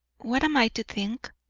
what am i to think?